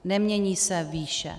Nemění se výše.